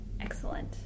Excellent